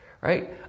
right